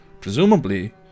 presumably